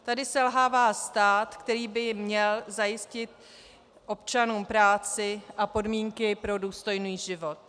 Tady selhává stát, který by měl zajistit občanům práci a podmínky pro důstojný život.